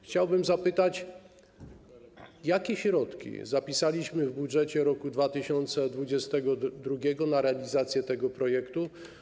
Chciałbym zapytać, jakie środki zapisaliśmy w budżecie roku 2022 na realizację tego projektu.